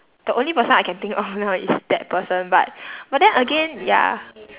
the only person I can think of now is that person but but then again ya